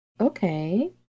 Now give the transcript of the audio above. okay